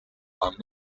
are